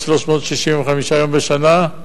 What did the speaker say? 365 יום בשנה?